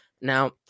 Now